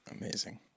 amazing